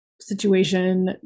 situation